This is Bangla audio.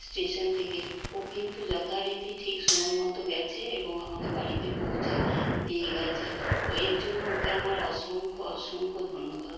স্টেশান থেকে ও কিন্তু যথারীতি ঠিক সময় মতো গেছে এবং আমাকে বাড়িতে পৌঁছে দিয়ে গেছে ও এর জন্য ওকে আমার অসংখ্য অসংখ্য ধন্যবাদ